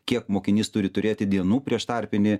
kiek mokinys turi turėti dienų prieš tarpinį